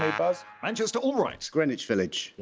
ah buzzer manchester, allwright. greenwich village.